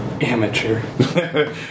Amateur